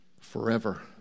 forever